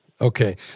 Okay